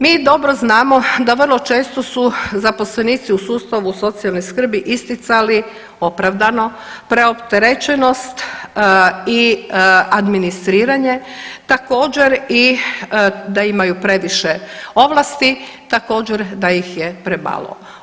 Mi dobro znamo da vrlo često su zaposlenici u sustavu socijalne skrbi isticali opravdano preopterećenost i administriranje, također i da imaju previše ovlasti, također da ih je premalo.